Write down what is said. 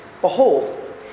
behold